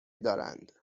دارند